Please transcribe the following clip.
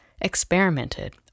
experimented